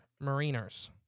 mariners